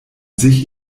sich